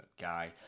guy